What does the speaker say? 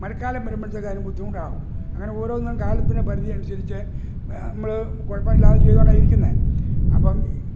മഴക്കാലം വരുമ്പോഴേക്കും അതിന് ബുദ്ധിമുട്ടാകും അങ്ങനെ ഓരോന്നും കാലത്തിന് പരിധി അനുസരിച്ച് നമ്മള് കുഴപ്പമില്ലാതെ ചെയ്തുകൊണ്ടാണ് ഇരിക്കുന്നത് അപ്പോള്